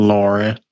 Lauren